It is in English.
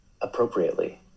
appropriately